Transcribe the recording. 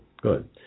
good